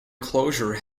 closure